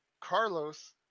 Carlos